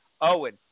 Owen